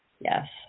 Yes